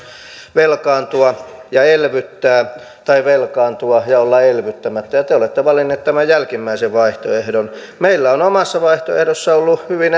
velkaantua ja elvyttää tai velkaantua ja olla elvyttämättä ja te olette valinneet tämän jälkimmäisen vaihtoehdon meillä on omassa vaihtoehdossamme ollut hyvin